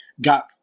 got